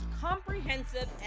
comprehensive